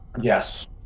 Yes